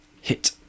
Hit